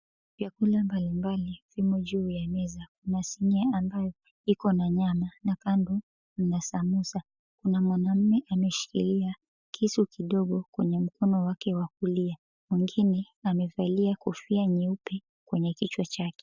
Vyakula mbalimbali, vimo juu ya meza. Masinia ambayo iko na nyama, na kando mna sambusa. Kuna mwanamume ameshikilia, kisu kidogo kwenye mkono wake wa kulia. Mwengine amevalia kofia nyeupe kwenye kichwa chake.